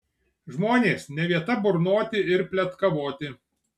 žmonės ne vieta burnoti ir pletkavoti